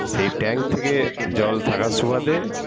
সেই ট্যাঙ্ক থেকে জল থাকার সুবাদে